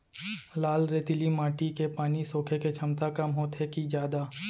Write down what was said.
लाल रेतीली माटी के पानी सोखे के क्षमता कम होथे की जादा?